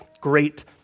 great